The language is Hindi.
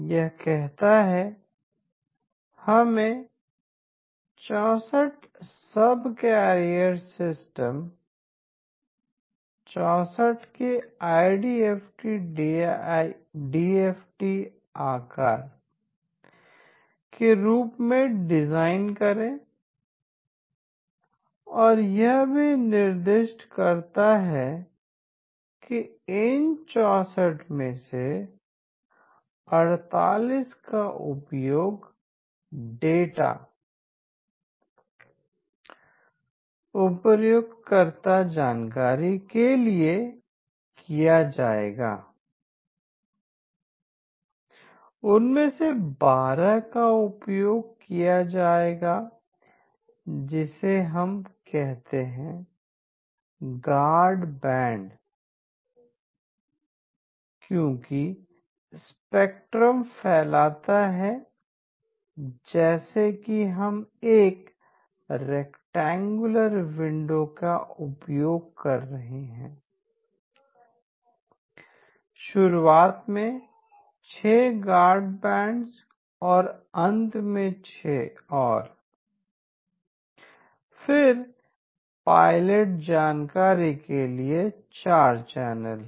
यह कहता है इसे 64 सबकैरियर सिस्टम 64 के IDFTDFT आकार के रूप में डिज़ाइन करें और यह भी निर्दिष्ट करता है कि इन 64 में से 48 का उपयोग डेटा उपयोगकर्ता जानकारी के लिए किया जाएगा उनमें से 12 का उपयोग किया जाएगा जिसे हम कहते हैं गार्ड बैंड क्योंकि स्पेक्ट्रम फैलता है जैसा कि हम एक रैक्टेंगुलर विंडो का उपयोग कर रहे हैं शुरुआत में 6 गार्ड बैंड और अंत में 6 और फिर पायलट जानकारी के लिए 4 चैनल हैं